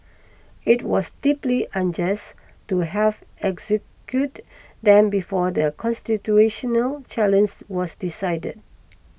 it was deeply unjust to have executed them before the constitutional was decided